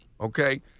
Okay